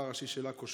רבה הראשי של עכו,